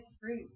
fruit